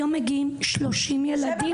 היום מגיעים 30 ילדים.